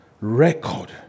record